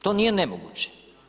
To nije nemoguće.